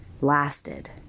lasted